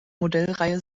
modellreihe